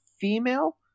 female